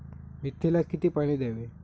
मेथीला किती पाणी द्यावे?